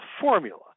formula